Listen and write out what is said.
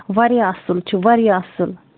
واریاہ اَصٕل چھُ واریاہ اَصٕل